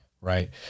Right